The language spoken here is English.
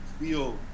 feel